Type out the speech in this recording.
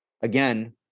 again